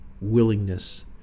willingness